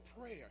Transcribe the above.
prayer